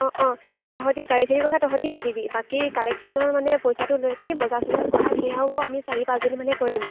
অঁ অঁ এই তহঁতি গাড়ী চাৰিৰ কথা তহঁতি পাতিবি বাকী কালেকশ্যনৰ মানে পইচাটো লৈ পিনি বজাৰ চজাৰ কৰা সেয়া বাৰু আমি চাৰি পাঁচজনীমানে কৰিম